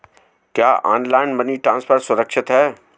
क्या online money transfer सुरक्षित है?